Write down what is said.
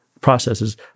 processes